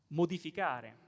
modificare